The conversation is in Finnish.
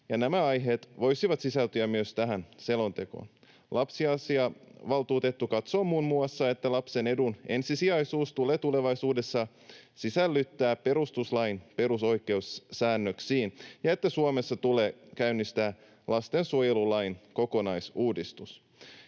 nämä aiheet voisivat sisältyä myös tähän selontekoon. Lapsiasiavaltuutettu katsoo muun muassa, että lapsen edun ensisijaisuus tulee tulevaisuudessa sisällyttää perustuslain perusoikeussäännöksiin ja että Suomessa tulee käynnistää lastensuojelulain kokonaisuudistus.